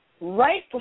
right